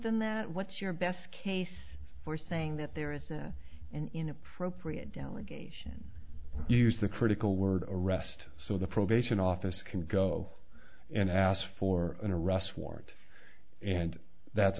than that what's your best case for saying that there is a an inappropriate delegation use the critical word arrest so the probation office can go and ask for an arrest warrant and that's